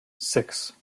six